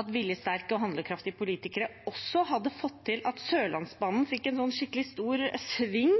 At viljesterke og handlekraftige politikere også hadde fått til at Sørlandsbanen fikk en skikkelig stor sving